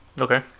Okay